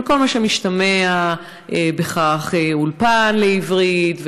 על כל מה שמשתמע מכך: אולפן לעברית,